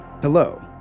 Hello